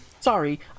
Sorry